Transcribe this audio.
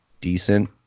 decent